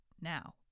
now